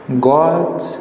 God